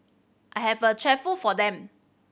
I have a chauffeur for them